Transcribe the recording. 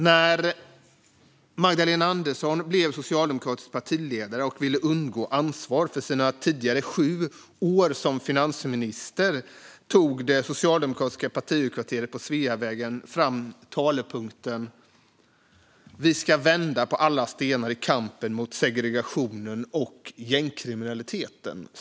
När Magdalena Andersson blev socialdemokratisk partiledare och ville undgå ansvar för sina tidigare sju år som finansminister tog det socialdemokratiska partihögkvarteret på Sveavägen fram talepunkten: Vi ska vända på alla stenar i kampen mot segregationen och gängkriminaliteten.